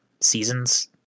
seasons